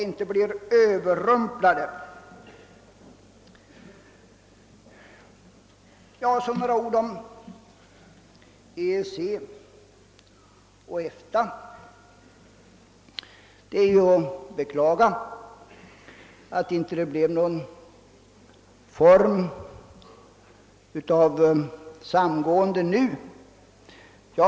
Så några ord om EEC och EFTA. Det är beklagligt att någon form av samgående nu inte kom till stånd.